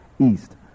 east